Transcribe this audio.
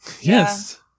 Yes